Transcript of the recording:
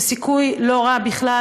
ויש סיכוי לא רע בכלל,